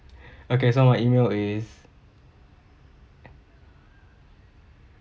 okay so my E-mail is